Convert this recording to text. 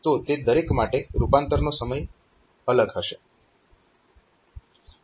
તો તે દરેક માટે રૂપાંતરનો સમય અલગ હશે